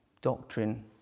doctrine